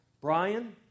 Brian